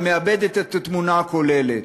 ומאבדת את התמונה הכוללת.